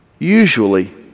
Usually